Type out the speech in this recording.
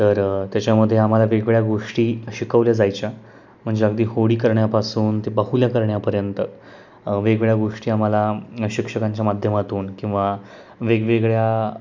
तर त्याच्यामध्ये आम्हाला वेगवेगळ्या गोष्टी शिकवल्या जायच्या म्हणजे अगदी होडी करण्यापासून ते बाहुल्या करण्यापर्यंत वेगवेगळ्या गोष्टी आम्हाला शिक्षकांच्या माध्यमातून किंवा वेगवेगळ्या